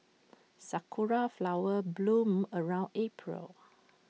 Sakura Flowers bloom around April